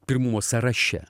pirmumo sąraše